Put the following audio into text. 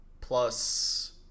plus